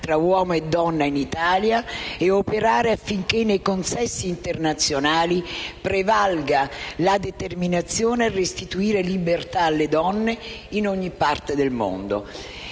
tra uomo e donna in Italia e operare affinché nei consessi internazionali prevalga la determinazione a restituire libertà alle donne, in ogni parte del mondo.